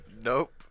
Nope